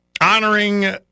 honoring